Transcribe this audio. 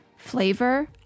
flavor